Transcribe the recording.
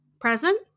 Present